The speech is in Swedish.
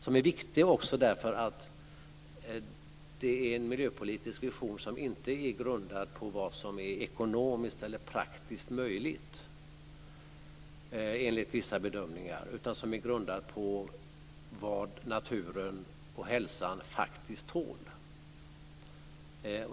Den är viktig också därför att det är en miljöpolitisk vision som inte är grundad på vad som är ekonomiskt eller praktiskt möjligt enligt vissa bedömningar utan som är grundad på vad naturen och hälsan faktiskt tål.